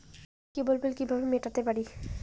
কেবল bill কিভাবে মেটাতে পারি?